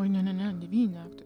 o ne ne ne devyni aktoriai